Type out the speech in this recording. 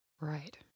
Right